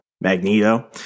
Magneto